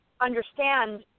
understand